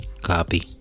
Copy